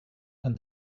and